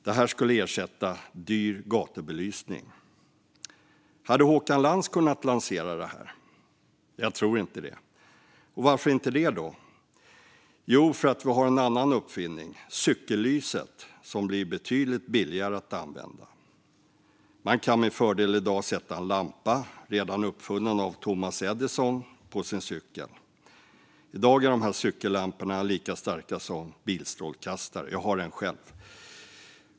Detta skulle ersätta dyr gatubelysning. Hade Håkan Lans kunnat lanserat något sådant? Jag tror inte det. Varför inte? Jo, för att vi har en annan uppfinning - cykellyset - som blir betydligt billigare att använda. Man kan med fördel i dag sätta en lampa, redan uppfunnen av Thomas Edison, på sin cykel. I dag är dessa cykellampor lika starka som bilstrålkastare. Jag har en själv.